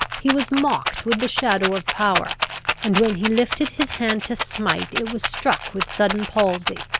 he was mocked with the shadow of power and when he lifted his hand to smite, it was struck with sudden palsy.